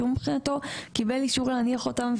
שמבחינתו הוא קיבל אישור להניח אותם,